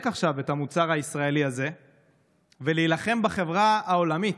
עכשיו את המוצר הישראלי הזה ולהילחם בחברה העולמית.